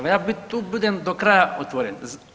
Da ja tu budem do kraja otvoren.